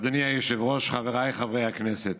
אדוני היושב-ראש, חבריי חברי הכנסת,